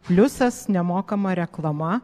pliusas nemokama reklama